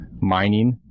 mining